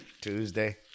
Tuesday